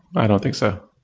i don't think so.